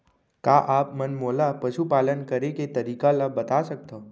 का आप मन मोला पशुपालन करे के तरीका ल बता सकथव?